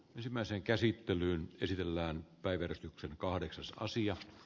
ensimmäisen käsittelyn käsitellään todellinen tarve